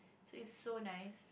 so is so nice